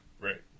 Right